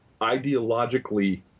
ideologically